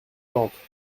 plantes